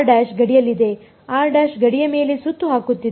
ಗಡಿಯಲ್ಲಿದೆ ಗಡಿಯ ಮೇಲೆ ಸುತ್ತು ಹಾಕುತ್ತಿದೆ